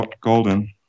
golden